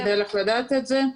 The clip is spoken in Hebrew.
אין לי דרך לדעת את זה.